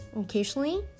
Occasionally